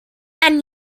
and